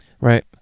right